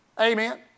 Amen